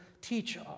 teach